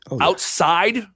outside